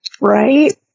right